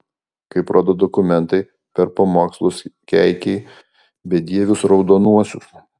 kaip rodo dokumentai per pamokslus keikei bedievius raudonuosius